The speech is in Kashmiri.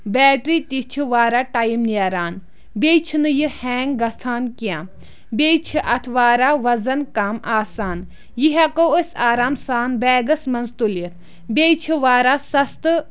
بیٹری تہِ چھِ واریاہ ٹایِم نیران بیٚیہِ چھِنہٕ یہِ ہینٛگ گژھان کینٛہہ بیٚیہِ چھِ اَتھ واریاہ وَزَن کَم آسان یہِ ہٮ۪کو أسۍ آرام سان بیگَس منٛز تُلِتھ بیٚیہِ چھِ واراہ سَستہٕ